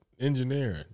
engineering